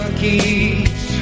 keys